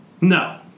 no